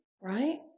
right